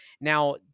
Now